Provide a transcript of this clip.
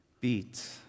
beat